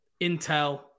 intel